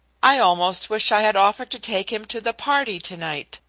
i almost wish i had offered to take him to the party to-night,